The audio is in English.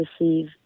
receive